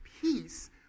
peace